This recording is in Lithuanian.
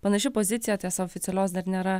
panaši pozicija tiesa oficialios dar nėra